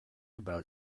about